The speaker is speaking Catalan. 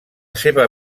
seva